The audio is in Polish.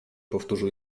powtórzył